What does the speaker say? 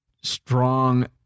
strong